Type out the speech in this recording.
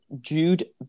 Jude